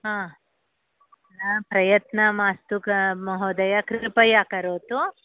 हा प्रयत्नः मास्तु महोदय कृपया करोतु